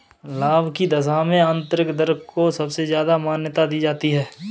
लाभ की दशा में आन्तरिक दर को सबसे ज्यादा मान्यता दी जाती है